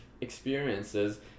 experiences